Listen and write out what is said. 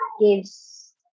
gives